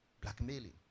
blackmailing